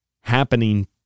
happening